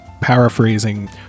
paraphrasing